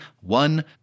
one